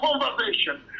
conversation